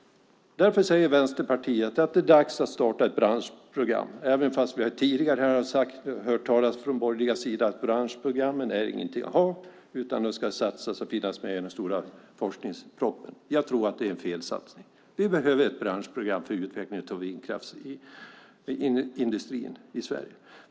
Därför säger Vänsterpartiet att det är dags att starta ett branschprogram, även om vi från den borgerliga sidan tidigare hört att branschprogrammen inte är någonting att ha utan detta ska satsas och finnas med i den stora forskningspropositionen. Jag tror att det är en felaktig satsning. Vi behöver ett branschprogram för utveckling av vindkraftsindustrin i Sverige.